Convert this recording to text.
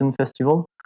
festival